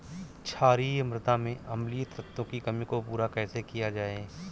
क्षारीए मृदा में अम्लीय तत्वों की कमी को पूरा कैसे किया जाए?